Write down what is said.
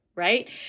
right